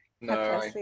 no